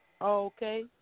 Okay